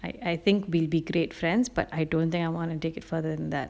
I I think we'll be great friends but I don't think I wanted take it further than that